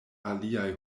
aliaj